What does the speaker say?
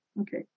Okay